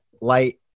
Light